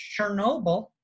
Chernobyl